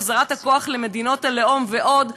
החזרת הכוח למדינות הלאום ועוד,